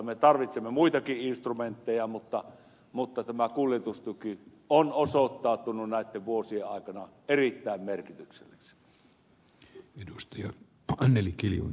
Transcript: me tarvitsemme muitakin instrumentteja mutta tämä kuljetustuki on osoittautunut näitten vuosien aikana erittäin merkitykselliseksi